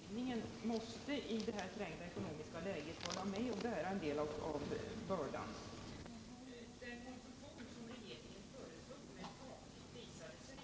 Herr talman! För mig är det viktigt att konstatera att utskottet här har kunnat ena sig om en modell. Den innebär att utskottet i stort har accepterat regeringens bedömning att i det trängda ekonomiska läget även folkbildningen måste vara med om att bära en del av bördan. Men den konstruktion med ett tak som regeringen föreslog visade sig